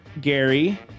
Gary